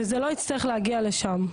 וזה לא יצטרך להגיע לשם.